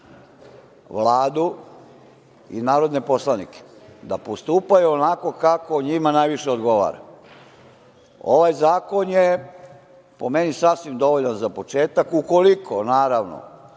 Vladu i narodne poslanike da postupaju onako kako njime najviše odgovara. Ovaj zakon je, po meni, sasvim dovoljan za početak, ukoliko naravno